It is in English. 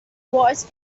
was